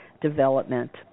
development